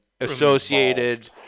associated